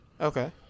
Okay